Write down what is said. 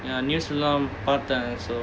ya news லாம் பாத்தேன்:laam paathaen